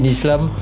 Islam